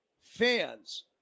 fans